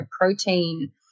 protein